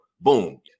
Boom